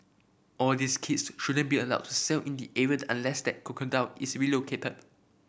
all these kids shouldn't be allowed to sail in the area unless that crocodile is relocated